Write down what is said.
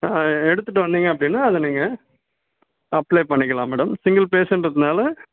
எடுத்துட்டு வந்தீங்க அப்படின்னா அதை நீங்கள் அப்ளே பண்ணிக்கலாம் மேடம் சிங்கிள் பேஸுன்றதுனால